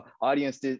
audience